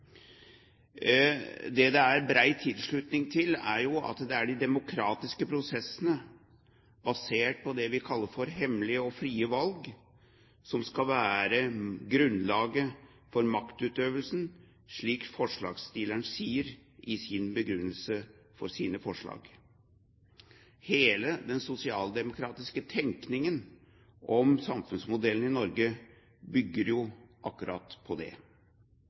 Det det er bred tilslutning til, er at det er de demokratiske prosessene basert på det vi kaller hemmelige og frie valg, som skal være grunnlaget for maktutøvelsen, slik forslagsstillerne sier i sin begrunnelse for sine forslag. Hele den sosialdemokratiske tenkningen om samfunnsmodellen i Norge bygger jo akkurat på det.